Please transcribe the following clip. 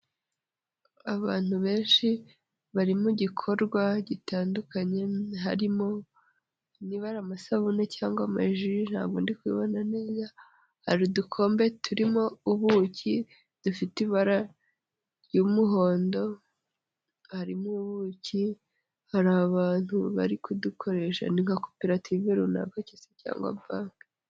Abantu benshi bari mu gikorwa gitandukanye harimo niba ari amasabune cyangwa ama ji ntabwo ndi kubibona neza, hari udukombe turimo ubuki dufite ibara ry'umuhondo, harimo ubuki hari abantu bari kudukoresha ni nka koperative runaka cyangwa se banki.